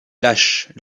lâche